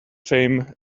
fame